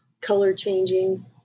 color-changing